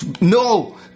No